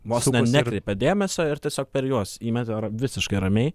vos nekreipė dėmesio ir tiesiog per juos įmetė ir visiškai ramiai